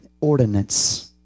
ordinance